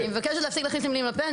אני מבקשת להפסיק להכניס לי מילים לפה.